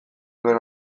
duen